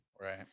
right